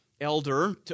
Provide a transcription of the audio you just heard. elder